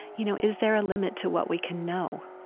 you know, is there a limit to what we can know.